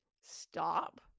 stop